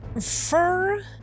fur